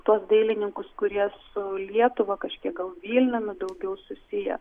tuos dailininkus kurie su lietuva kažkiek gal vilniumi daugiau susiję